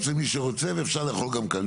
כפי שקבוע היום בצווים וגם בחוק למעשה,